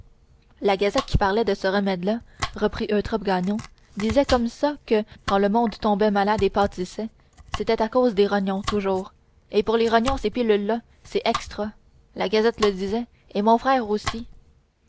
la gazette qui partait de ce remède là reprit eutrope gagnon disait comme ça que quand le monde tombait malade et pâtissait c'était à cause des rognons toujours et pour les rognons ces pilules là c'est extra la gazette le disait et mon frère aussi